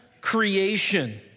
creation